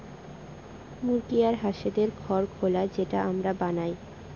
মুরগি আর হাঁসদের ঘর খোলা যেটা আমরা বানায়